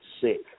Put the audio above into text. sick